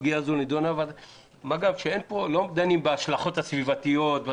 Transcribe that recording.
מה גם שלא דנים בהשלכות הסביבתיות.